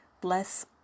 Bless